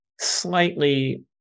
slightly